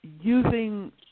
using